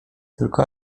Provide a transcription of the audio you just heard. tylko